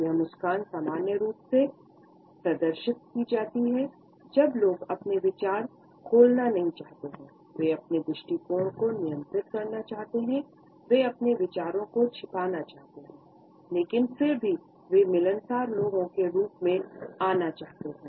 यह मुस्कान सामान्य रूप से प्रदर्शित की जाती है जब लोग अपने विचार खोलना नहीं चाहते हैं वे अपने दृष्टिकोण को नियंत्रित करना चाहते हैं वे अपने विचारों को छिपाना चाहते हैं लेकिन फिर भी वे मिलनसार लोगों के रूप में आना चाहते हैं